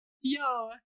Yo